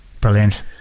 Brilliant